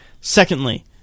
Secondly